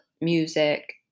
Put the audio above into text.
music